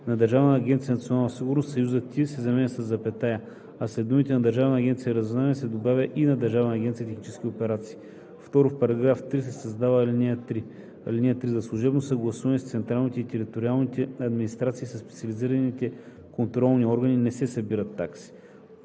„на Държавна агенция „Национална сигурност“ съюзът „и“ се заменя със запетая, а след думите „на Държавна агенция „Разузнаване“ се добавя „и на Държавна агенция „Технически операции“. 2. В § 3 се създава ал. 3: „(3) За служебното съгласуване с централните и териториалните администрации и със специализираните контролни органи не се събират такси.“